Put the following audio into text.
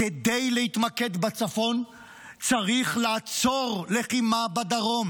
כדי להתמקד בצפון צריך לעצור לחימה בדרום.